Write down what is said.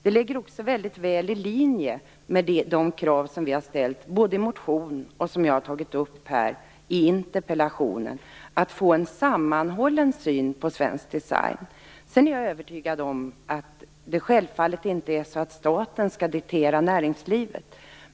Det ligger också väldigt väl i linje med de krav som vi har ställt i motioner och som jag har tagit upp här i interpellationen. Vi vill få en sammanhållen syn på svensk design. Jag är övertygad om att det självfallet inte är staten som skall diktera näringslivet.